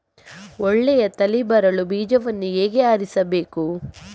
ಒಳ್ಳೆಯ ತಳಿ ಬರಲು ಬೀಜವನ್ನು ಹೇಗೆ ಆರಿಸಬೇಕು?